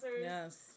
Yes